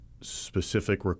specific